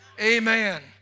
Amen